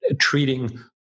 treating